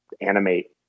animate